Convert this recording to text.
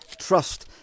trust